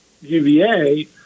UVA